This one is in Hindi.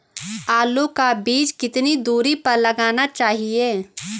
आलू का बीज कितनी दूरी पर लगाना चाहिए?